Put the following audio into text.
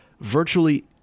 virtually